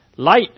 Light